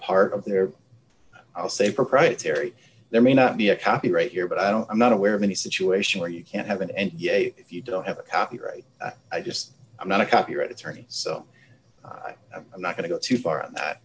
part of their house a proprietary there may not be a copyright here but i don't i'm not aware of any situation where you can't have an end if you don't have a copyright i just i'm not a copyright attorney so i'm not going to go too far on that